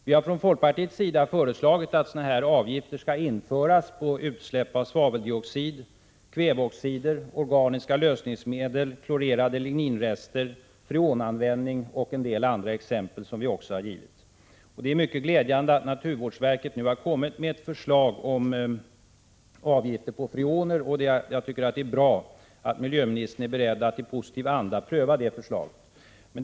Vi har från folkpartiets sida föreslagit att sådana här avgifter skall införas på utsläpp av svaveldioxider, kväveoxider, organiska lösningsmedel, klorerade lininrester, freonanvändning och en del annat. Jag finner det mycket glädjande att naturvårdsverket nu kommit med ett förslag om avgifter på freon. Det är bra att miljöministern är beredd att i positiv anda pröva det förslaget.